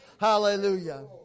Hallelujah